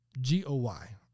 g-o-y